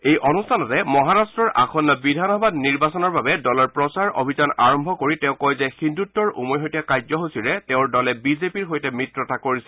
এই অনুষ্ঠানতে মহাৰট্টৰ আসন্ন বিধানসভা নিৰ্বাচনৰ বাবে দলৰ প্ৰচাৰ অভিযান আৰম্ভ কৰি তেওঁ কয় যে হিন্দুত্বৰ উমৈহতীয়া কাৰ্যসূচীৰে তেওঁৰ দলে বিজেপিৰ সৈতে মিত্ৰতা কৰিছে